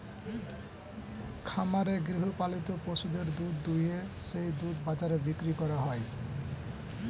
খামারে গৃহপালিত পশুদের দুধ দুইয়ে সেই দুধ বাজারে বিক্রি করা হয়